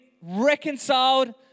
reconciled